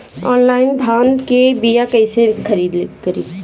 Online धान के बीया कइसे खरीद करी?